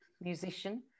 musician